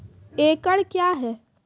एकड कया हैं?